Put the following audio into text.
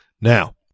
Now